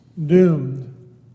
doomed